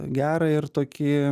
gerą ir tokį